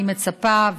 אני מצפה,